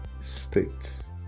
states